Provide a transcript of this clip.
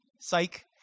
Psych